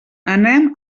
anem